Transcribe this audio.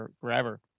forever